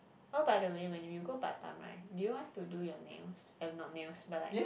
oh by the way when you you go Batam right do you want to do your nails have not nails but like